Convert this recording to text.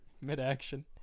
Mid-action